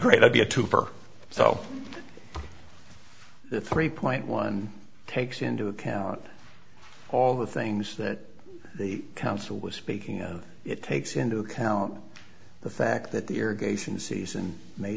great idea to burke so the three point one takes into account all the things that the council was speaking of it takes into account the fact that the irrigation season may